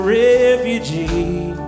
refugee